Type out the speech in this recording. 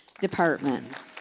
department